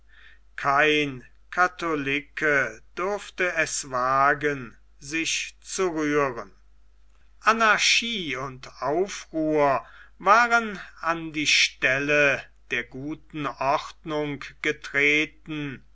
kein katholike durfte es wagen sich zu rühren anarchie und aufruhr waren an die stelle der guten ordnung getreten